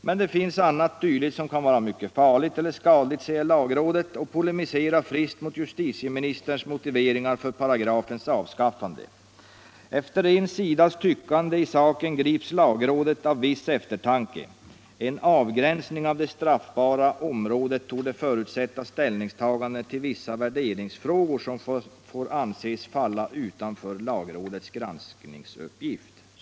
Men det finns annat dylikt som kan vara mycket farligt eller skadligt, säger lagrådet, och polemiserar friskt mot justitieministerns motiveringar för paragrafens avskaffande. Efter en sidas tyckande i saken grips lagrådet av viss eftertanke: en avgränsning av det straffbara området ”torde” förutsätta ställningstagande till vissa värderingsfrågor som får anses falla utanför lagrådets granskningsuppgift.